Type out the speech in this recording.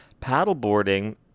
Paddleboarding